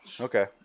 Okay